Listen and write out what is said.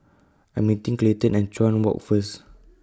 I Am meeting Clayton At Chuan Walk First